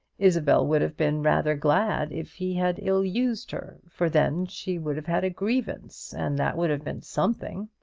isabel would have been rather glad if he had ill-used her for then she would have had a grievance, and that would have been something.